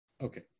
Okay